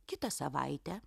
kitą savaitę